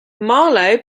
marlo